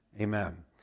Amen